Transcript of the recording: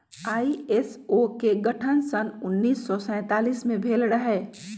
ISO के गठन सन उन्नीस सौ सैंतालीस में भेल रहै